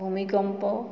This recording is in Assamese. ভূমিকম্প